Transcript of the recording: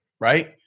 right